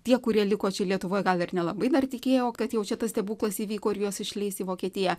tie kurie liko čia lietuvoj gal ir nelabai dar tikėjo kad jau čia tas stebuklas įvyko ir juos išleis į vokietiją